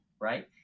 right